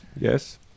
Yes